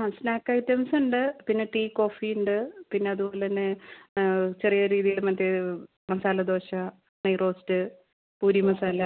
ആ സ്നാക്കൈറ്റംസ് ഉണ്ട് പിന്നെ ടീ കോഫിയുണ്ട് പിന്നെ അതുപോലെതന്നെ ചെറിയ രീതിയില് മറ്റേ മസാല ദോശ നെയ് റോസ്റ്റ് പൂരി മസാല